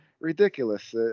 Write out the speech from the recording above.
Ridiculous